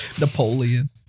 napoleon